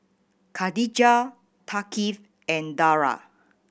Khadija Thaqif and Dara